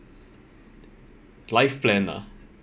life plan ah